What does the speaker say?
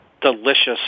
delicious